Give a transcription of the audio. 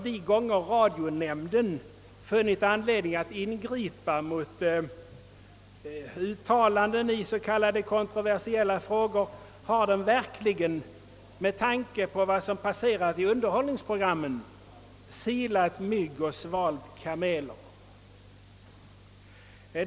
De gånger radionämnden har funnit anledning ingripa mot uttalanden i s.k. kontroversiella frågor har den verkligen — med tanke på vad som passerat i underhållningsprogrammen — silat mygg och svalt kameler.